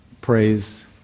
praise